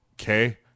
okay